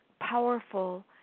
powerful